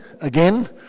again